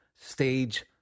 stage